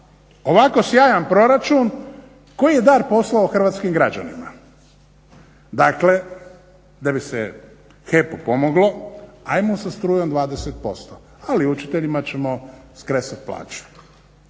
ovako sjajan proračun koji je dar poslao hrvatskim građanima? Dakle da bi se HEP-u pomoglo, ajmo sa strujom 20% ali učiteljima ćemo skresati plaću.